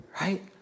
right